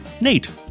Nate